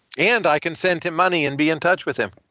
and i can send him money and be in touch with him.